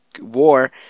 war